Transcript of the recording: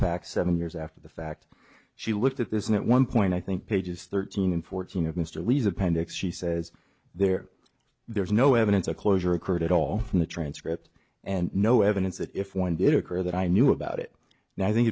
fact seven years after the fact she looked at this and at one point i think pages thirteen and fourteen of mr lee's appendix she says there there is no evidence of closure occurred at all in the transcript and no evidence that if one did occur that i knew about it now i think